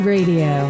Radio